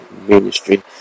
ministry